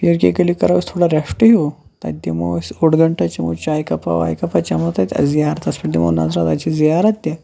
پیٖر کی گلی کرو أسۍ تھوڑا ریٚسٹ ہیٚو تتہِ دِمو أسۍ اوٚڑ گَنٹہَ چمو چاے کَپہ واے کَپہ چمو تتہ زیارتَس پیٚٹھ دِمو نَظرہ تتہِ چھِ زِیارت تہِ